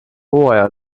hooaja